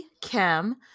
Kim